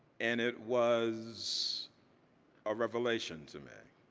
and it was a revelation to me.